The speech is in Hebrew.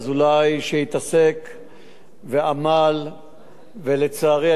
ולצערי, אני אומר, לא אתה זכית, זכינו כולנו היום.